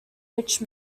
rich